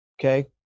okay